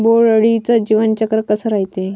बोंड अळीचं जीवनचक्र कस रायते?